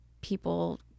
people